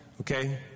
Okay